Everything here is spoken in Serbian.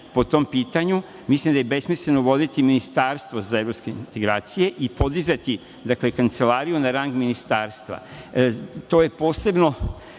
po tom pitanju, mislim da je besmisleno voditi ministarstvo za evropske integracije i podizati kancelariju na rang ministarstva. To je posebno